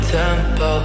tempo